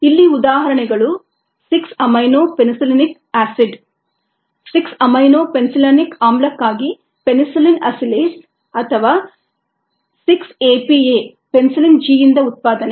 ಇಲ್ಲಿ ಉದಾಹರಣೆಗಳು 6 amino penicillanic ಆಮ್ಲ ಕ್ಕಾಗಿ ಪೆನಿಸಿಲಿನ್ ಅಸಿಲೇಸ್ ಅಥವಾ 6 ಎಪಿಎ ಪೆನ್ಸಿಲಿನ್ ಜಿ ಯಿಂದ ಉತ್ಪಾದನೆ